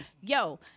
yo